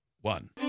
one